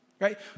right